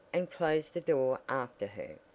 and closed the door after her.